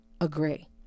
agree